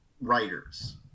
writers